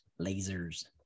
Lasers